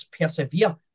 persevere